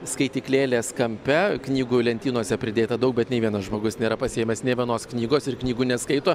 skaityklėlės kampe knygų lentynose pridėta daug bet nei vienas žmogus nėra pasiėmęs nė vienos knygos ir knygų neskaito